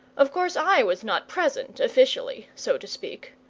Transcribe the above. of course i was not present officially, so to speak.